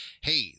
hey